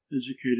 educated